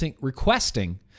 requesting